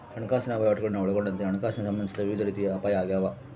ಹಣಕಾಸಿನ ವಹಿವಾಟುಗುಳ್ನ ಒಳಗೊಂಡಂತೆ ಹಣಕಾಸಿಗೆ ಸಂಬಂಧಿಸಿದ ವಿವಿಧ ರೀತಿಯ ಅಪಾಯ ಆಗ್ತಾವ